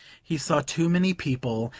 he saw too many people,